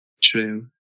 True